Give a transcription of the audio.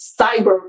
cyber